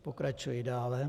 Pokračuji dále.